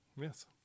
Yes